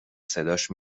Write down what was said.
صداش